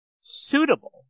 suitable